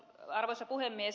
arvoisa puhemies